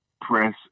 press